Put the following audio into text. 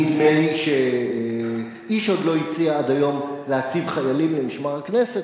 נדמה לי שאיש עוד לא הציע עד היום להציב חיילים למשמר הכנסת,